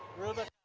robin